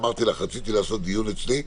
אמרתי לך, רציתי לעשות דיון אצלי.